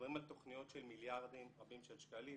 עוברים על תוכניות של מיליארדים רבים של שקלים.